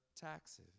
taxes